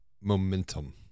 momentum